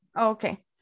Okay